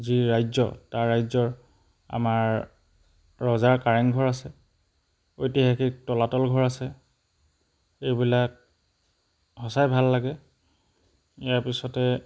যি ৰাজ্য তাৰ ৰাজ্যৰ আমাৰ ৰজাৰ কাৰেংঘৰ আছে ঐতিহাসিক তলাতলঘৰ আছে এইবিলাক সঁচাই ভাল লাগে ইয়াৰ পিছতে